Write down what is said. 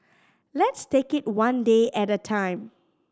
let's take it one day at a time